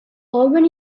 auburn